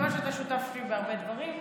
מכיוון שאתה שותף שלי בהרבה דברים,